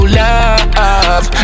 love